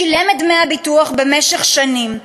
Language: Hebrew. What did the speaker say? שילם את דמי הביטוח במשך שנים.